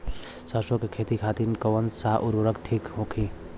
सरसो के खेती खातीन कवन सा उर्वरक थिक होखी?